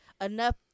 enough